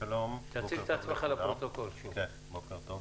בוקר טוב.